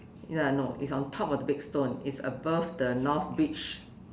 ya no it's on top of the big stone it's above the north beach